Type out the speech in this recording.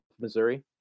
Missouri